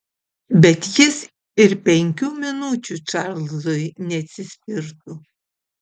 bet jis ir penkių minučių čarlzui neatsispirtų